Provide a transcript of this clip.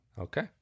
Okay